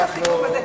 בבקשה.